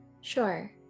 Sure